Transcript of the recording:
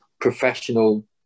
professional